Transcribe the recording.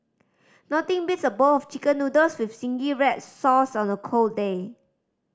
nothing beats a bowl of Chicken Noodles with zingy red sauce on a cold day